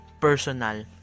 personal